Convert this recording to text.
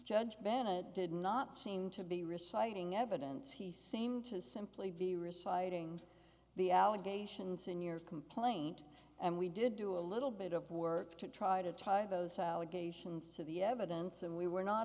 judge bennett did not seem to be reciting evidence he seemed to simply be reciting the allegations in your complaint and we did do a little bit of work to try to tie those allegations to the evidence and we were not